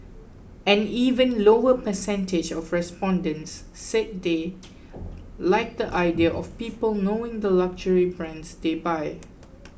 an even lower percentage of respondents said they like the idea of people knowing the luxury brands they buy